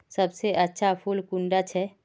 सबसे अच्छा फुल कुंडा छै?